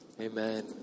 Amen